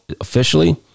officially